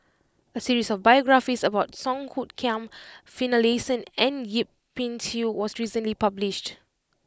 a series of biographies about Song Hoot Kiam Finlayson and Yip Pin Xiu was recently published